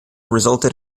resulted